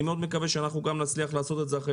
אני מקווה מאוד שאנחנו נצליח לעשות את זה גם אחרי